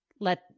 let